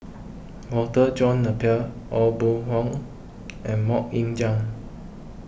Walter John Napier Aw Boon Haw and Mok Ying Jang